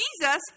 Jesus